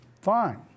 Fine